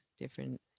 different